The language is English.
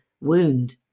wound